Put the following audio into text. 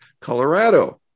Colorado